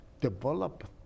develop